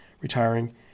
retiring